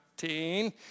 19